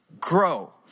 grow